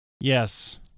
Yes